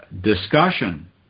discussion